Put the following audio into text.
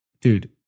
dude